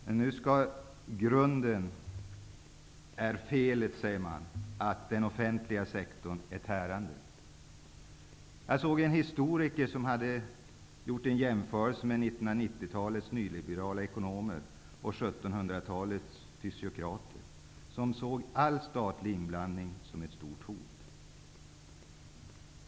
De säger att felet i grunden är att den offentliga sektorn är tärande. Jag har sett att en historiker har jämfört 90-talets nyliberala ekonomer med 1700-talets fysiokrater, som såg all statlig inblandning som ett stort hot.